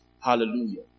Hallelujah